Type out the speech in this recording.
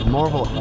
Marvel